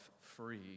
free